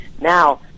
Now